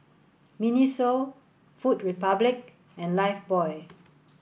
Miniso Food Republic and Lifebuoy